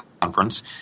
Conference